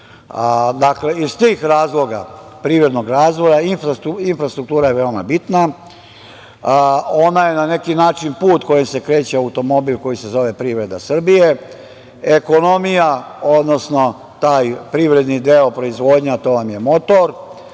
Srbije. Dakle, iz tih razloga privrednog razvoja, infrastruktura je veoma bitna. Ona je na neki način put kojim se kreće automobil koji se zove privreda Srbije. Ekonomija, odnosno taj privredni deo proizvodnje, a to vam je motor,